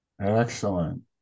Excellent